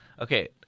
Okay